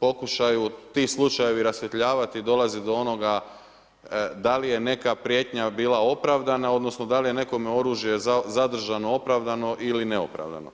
pokušaju ti slučajevi rasvjetljavati i dolaziti do onoga da li je neka prijetnja bila opravdana odnosno da li je nekome oružje zadržano opravdano ili neopravdano.